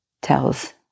tells